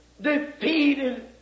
defeated